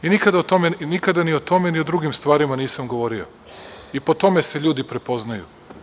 Nikada ni o tome, ni o drugim stvarima nisam govorio i po tome se ljudi prepoznaju.